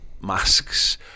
masks